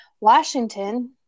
Washington